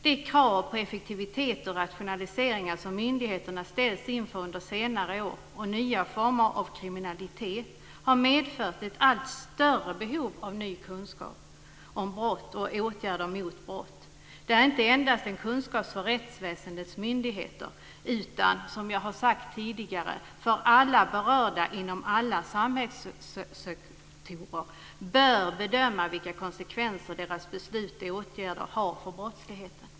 De krav på effektivitet och rationaliseringar som myndigheterna har ställts inför under senare år och nya former av kriminalitet har medfört ett allt större behov av ny kunskap om brott och åtgärder mot brott. Det är inte endast en kunskap för rättsväsendets myndigheter, utan alla berörda inom alla samhällssektorer bör, som jag har sagt tidigare, bedöma vilka konsekvenser deras beslut och åtgärder har för brottsligheten.